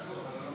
ההצעה להעביר את